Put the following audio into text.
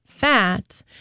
Fat